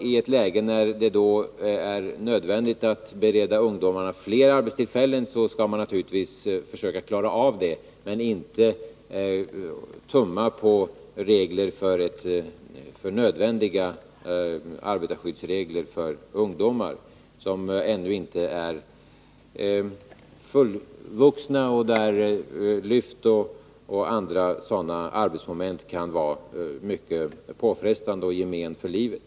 I ett läge där det är nödvändigt att bereda ungdomar fler arbetstillfällen skall man naturligtvis försöka klara av det men inte tumma på nödvändiga arbetarskyddsregler för ungdomar som ännu inte är fullvuxna. Tunga lyft och andra sådana arbetsmoment kan då vara mycket påfrestande och ge men för livet.